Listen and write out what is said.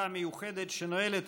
המיוחדת שנועלת